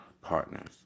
partners